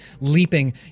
leaping